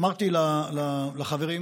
אמרתי לחברים,